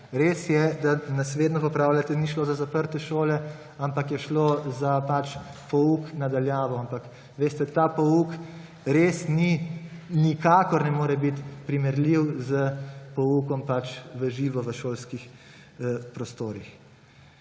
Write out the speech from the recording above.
Res je, da nas vedno popravljate, da ni šlo za zaprte šole, ampak je šlo za pouk na daljavo. Ampak veste, ta pouk res nikakor ne more biti primerljiv s poukom v živo v šolskih prostorih.